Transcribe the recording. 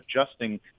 adjusting